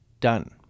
done